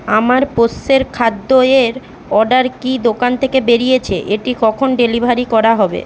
আমার পোষ্যের খাদ্য এর অর্ডার কি দোকান থেকে বেরিয়েছে এটি কখন ডেলিভারি করা হবে